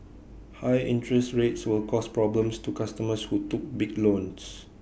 high interest rates will cause problems to customers who took big loans